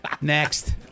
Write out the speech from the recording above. Next